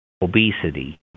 obesity